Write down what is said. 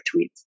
tweets